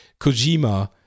Kojima